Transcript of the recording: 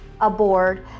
aboard